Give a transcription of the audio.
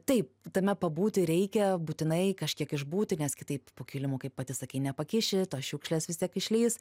taip tame pabūti reikia būtinai kažkiek išbūti nes kitaip po kilimu kaip pati sakei nepakiši tos šiukšlės vis tiek išlįs